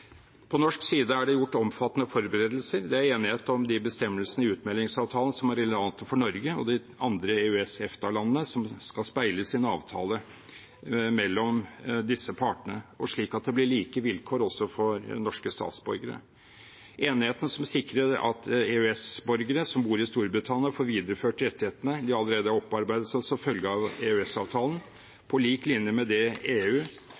På norsk side er det gjort omfattende forberedelser. Det er enighet om de bestemmelsene i utmeldingsavtalen som er relevante for Norge og de andre EØS/EFTA-landene, som skal speile sin avtale mellom disse partene, og slik at det blir like vilkår også for norske statsborgere. Enigheten som sikrer at EØS-borgere som bor i Storbritannia, får videreført rettighetene de allerede har opparbeidet seg som følge av EØS-avtalen – på lik linje med det EU